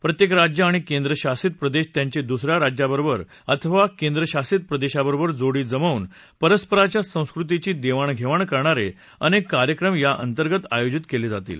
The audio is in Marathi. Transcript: प्रत्येक राज्य आणि केंद्रशासित प्रदेश यांची दुस या राज्याबरोबर अथवा केंद्रशासित प्रदेशाबरोबर जोडी जमवून परस्पराच्या संस्कृतीची देवाणघेवाण करणारे अनेक कार्यक्रम याअंतर्गत आयोजित केले जातात